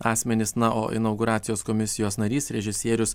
asmenys na o inauguracijos komisijos narys režisierius